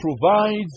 provides